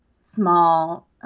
small